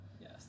Yes